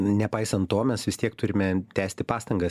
nepaisant to mes vis tiek turime tęsti pastangas